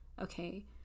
okay